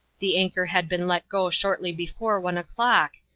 the anchor had been let go shortly before one o'clock,